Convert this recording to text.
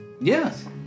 Yes